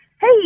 Hey